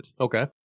Okay